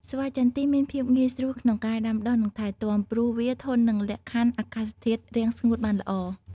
ស្វាយចន្ទីមានភាពងាយស្រួលក្នុងការដាំដុះ និងថែទាំ ព្រោះវាធន់នឹងលក្ខខណ្ឌអាកាសធាតុរាំងស្ងួតបានល្អ។